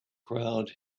crowd